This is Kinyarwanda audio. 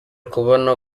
kubona